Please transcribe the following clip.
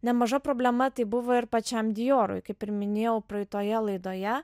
nemaža problema tai buvo ir pačiam diorui kaip ir minėjau praeitoje laidoje